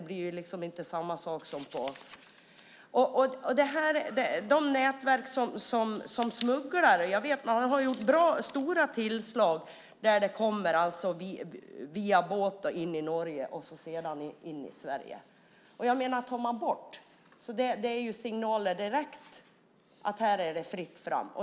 När det gäller nätverk som smugglar har man gjort stora tillslag av smuggelgods som kommer via båt in till Norge och sedan till Sverige. Tar man bort tullen ger det direkt signalen att här är det fritt fram.